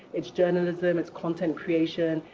it's journalism, it's content creation,